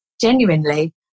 genuinely